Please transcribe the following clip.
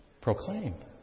proclaimed